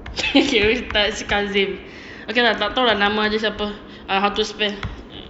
ustaz kazim okay lah tak tahu nama dia siapa how to spell